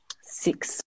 six